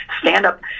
stand-up